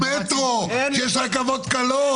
כשיש מטרו, כשיש רכבות קלות.